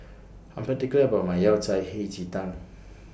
I'm particular about My Yao Cai Hei Ji Tang